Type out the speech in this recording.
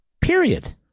Period